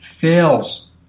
fails